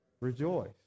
Rejoice